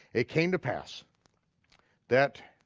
it came to pass that.